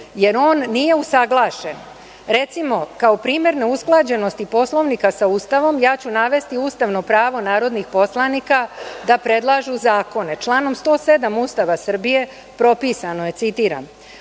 Poslovniku.)Recimo, kao primer neusklađenosti Poslovnika sa Ustavom ja ću navesti ustavno pravo narodnih poslanika da predlažu zakone. „Članom 107. Ustava Srbije propisano je“, citiram,